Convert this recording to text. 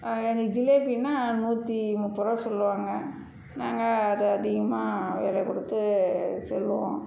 எங்களுக்கு ஜிலேப்பின்னா நூற்றி முப்பதுரூவா சொல்லுவாங்க நாங்கள் அதை அதிகமாக வில கொடுத்து சொல்லுவோம்